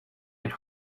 and